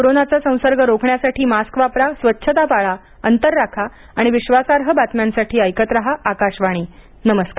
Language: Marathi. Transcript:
कोरोनाचा संसर्ग रोखण्यासाठी मास्क वापरा स्वच्छता पाळा अंतर राखा आणि विश्वासार्ह बातम्यांसाठी ऐकत रहा आकाशवाणी नमस्कार